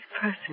person